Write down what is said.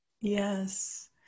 Yes